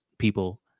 people